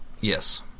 Yes